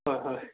ꯍꯣꯏ ꯍꯣꯏ